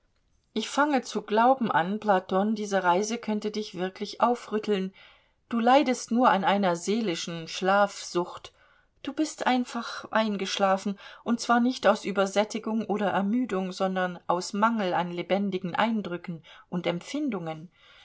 ich fange zu glauben an platon diese reise könnte dich wirklich aufrütteln du leidest nur an einer seelischen schlafsucht du bist einfach eingeschlafen und zwar nicht aus übersättigung oder ermüdung sondern aus mangel an lebendigen eindrücken und empfindungen